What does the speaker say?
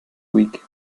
week